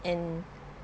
and